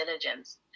diligence